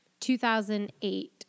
2008